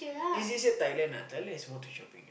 easy say Thailand lah Thailand is more to shopping ah